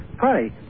Hi